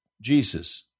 Jesus